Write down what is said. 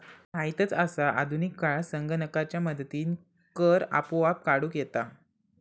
तुका माहीतच आसा, आधुनिक काळात संगणकाच्या मदतीनं कर आपोआप काढूक येता